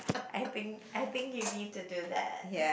I think I think you need to do that